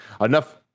enough